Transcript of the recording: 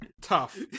Tough